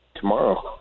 tomorrow